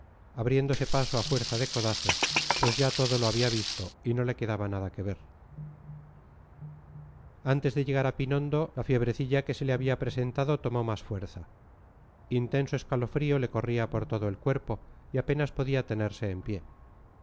abriéndose paso a fuerza de codazos pues ya todo lo había visto y no le quedaba nada que ver antes de llegar a pinondo la fiebrecilla que se le había presentado tomó más fuerza intenso escalofrío le corría por todo el cuerpo y apenas podía tenerse en pie